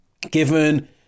Given